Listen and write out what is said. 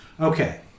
okay